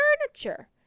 furniture